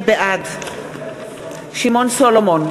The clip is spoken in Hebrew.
בעד שמעון סולומון,